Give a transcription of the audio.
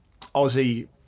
Aussie